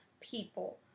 people